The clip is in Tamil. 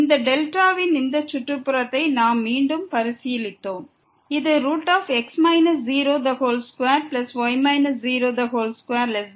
இந்த டெல்டாவின் இந்த சுற்றுப்புறத்தை நாம் மீண்டும் பரிசீலித்தோம் இது 22δ